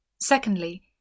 Secondly